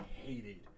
hated